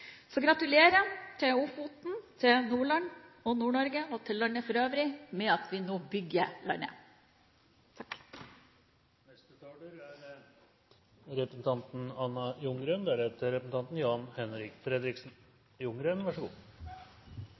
Så gratulerer til Ofoten, til Nordland, til Nord-Norge og til landet for øvrig med at vi nå bygger landet! Det er